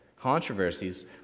controversies